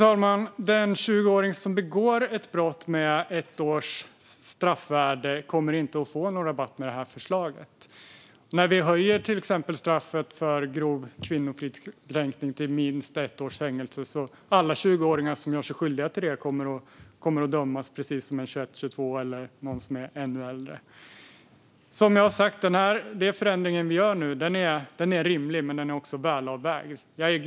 Fru talman! Den 20-åring som begår ett brott med ett års straffvärde kommer inte att få någon rabatt i och med det här förslaget. När vi höjer till exempel straffet för grov kvinnofridskränkning till minst ett års fängelse kommer alla 20-åringar som gör sig skyldiga till det att dömas precis som den som är 21, 22 eller ännu äldre. Den förändring vi nu gör är som sagt rimlig, men den är också väl avvägt. Fru talman!